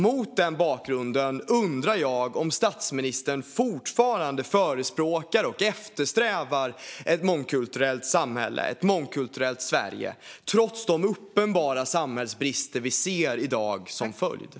Mot den bakgrunden undrar jag om statsministern fortfarande förespråkar och eftersträvar ett mångkulturellt samhälle och ett mångkulturellt Sverige - trots de uppenbara samhällsbrister vi i dag ser är följden.